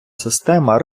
система